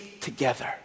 together